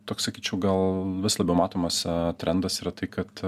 toks sakyčiau gal vis labiau matomas trendas yra tai kad